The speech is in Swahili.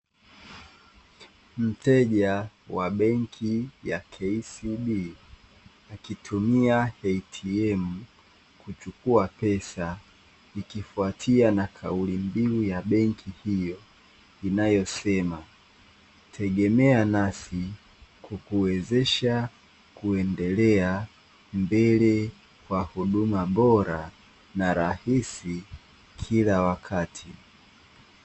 Mteja wa benki ya (KCB) akituma "ATM" kuchukua pesaa ikfuatia na kauli mbiu ya benki hiyo inayosema "tegemea nasi kukuwezesha kuendelea mbele kwa huduma bora na rahisi kila wakati".